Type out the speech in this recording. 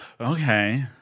Okay